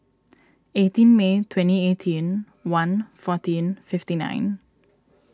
eighteen May twenty eighteen one fourteen fifty nine